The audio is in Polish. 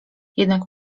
jednak